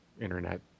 internet